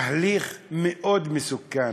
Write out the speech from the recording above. תהליך מאוד מסוכן.